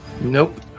nope